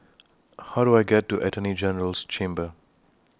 How Do I get to Attorney General's Chambers